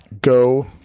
go